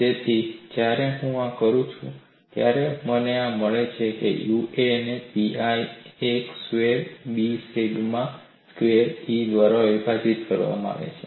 તેથી જ્યારે હું આ કરું છું ત્યારે મને આ મળે છે કે Ua ને pi એક square B sigma square E દ્વારા વિભાજીત કરવામાં આવે છે